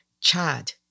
Chad